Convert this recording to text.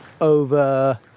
over